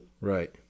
Right